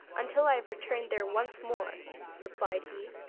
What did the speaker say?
until i have returned there once more replied he.